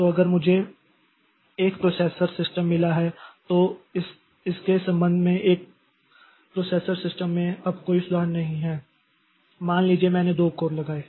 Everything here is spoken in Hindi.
तो अगर मुझे एक प्रोसेसर सिस्टम मिला है तो इसके संबंध में एक प्रोसेसर सिस्टम में अब कोई सुधार नहीं है मान लीजिए मैंने 2 कोर लगाए